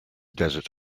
desert